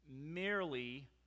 merely